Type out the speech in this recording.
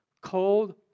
cold